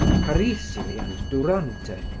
carissimi and durante,